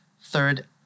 third